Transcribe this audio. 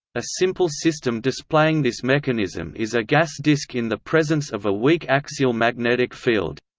a simple system displaying this mechanism is a gas disk in the presence of a weak axial magnetic field.